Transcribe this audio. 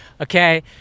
okay